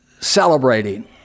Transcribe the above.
celebrating